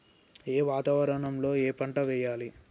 ఏ వాతావరణం లో ఏ పంట వెయ్యాలి?